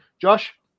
Josh